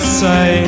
say